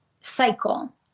cycle